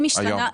היום?